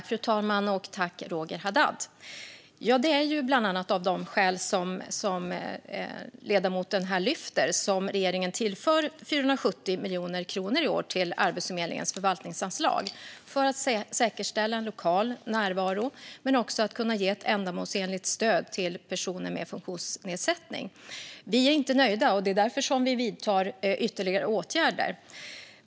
Fru talman och Roger Haddad! Det är bland annat av de skäl som ledamoten här lyfter som regeringen tillför 470 miljoner kronor i år till Arbetsförmedlingens förvaltningsanslag. Vi gör det för att säkerställa en lokal närvaro men också för att kunna ge ett ändamålsenligt stöd till personer med funktionsnedsättning. Vi är inte nöjda, och det är därför vi vidtar ytterligare åtgärder.